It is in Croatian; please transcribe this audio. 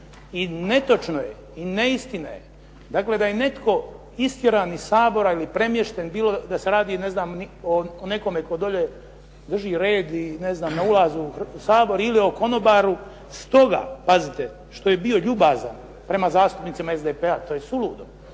i netočno je i neistina je, dakle da je netko istjeran iz Sabora ili premješten bilo da se radi ne znam o nekome tko dolje drži red i ne znam na ulazu u Sabor ili o konobaru. Stoga, pazite što je bio ljubazan prema zastupnicima SDP-a. To je suludo.